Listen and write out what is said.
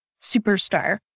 superstar